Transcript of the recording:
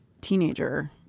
teenager